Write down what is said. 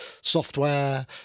software